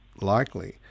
likely